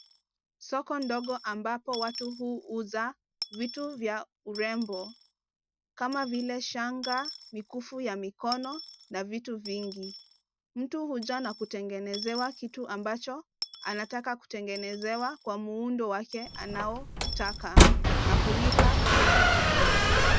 Soko ndogo ambapo watu huuza vitu vya urembo kama vile shanga, mikufu ya mikono na vitu vingi. Mtu huja na kutengeneza kitu ambacho anataka kutengenezewa kwa muundo wake anaotaka na kulipa pesa kidogo.